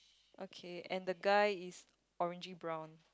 okay and the guy is orangey brown